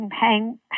hang